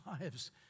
lives